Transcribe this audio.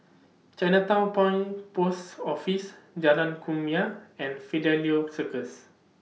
Chinatown Point Post Office Jalan Kumia and Fidelio Circus